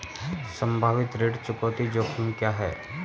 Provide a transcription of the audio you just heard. संभावित ऋण चुकौती जोखिम क्या हैं?